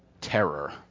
terror